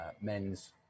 men's